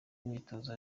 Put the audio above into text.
imyitozo